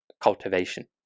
cultivation